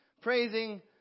praising